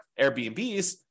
Airbnbs